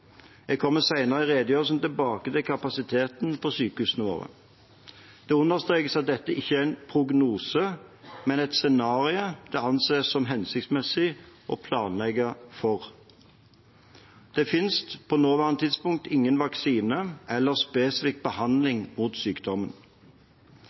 Jeg kommer senere i redegjørelsen tilbake til kapasiteten på sykehusene våre. Det understrekes at dette ikke er en prognose, men et scenario det anses som hensiktsmessig å planlegge for. Det finnes på nåværende tidspunkt ingen vaksine eller spesifikk